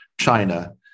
China